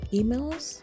emails